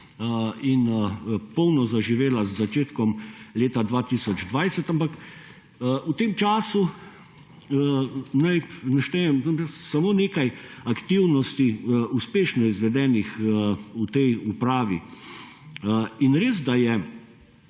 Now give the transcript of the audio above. in polno zaživela z začetkom leta 2020, ampak v tem času naj naštejem samo nekaj aktivnosti uspešno izvedenih v tej upravi. Res, da je